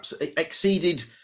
Exceeded